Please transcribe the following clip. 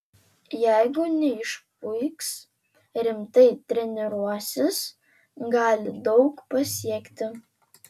jeigu neišpuiks rimtai treniruosis gali daug pasiekti